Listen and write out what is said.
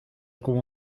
cómo